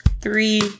three